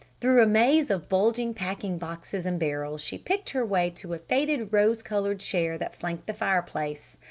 through a maze of bulging packing boxes and barrels she picked her way to a faded rose-colored chair that flanked the fire-place.